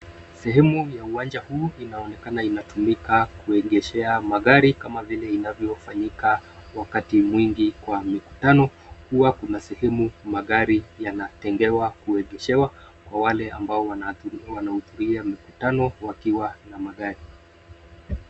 Sehemu ya uwanja huu inaonekana inatumika kuegeshea magari kama vile inavyofanyika wakati mwingi kwa mikutano, huwa kuna sehemu magari yanatengewa kuegeshewa kwa wale ambao wanahudhuria mikutano wakiwa na magari.